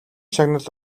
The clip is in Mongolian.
шагнал